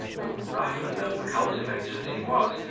who, rough and uncultivated as he was,